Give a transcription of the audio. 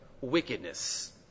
wickedness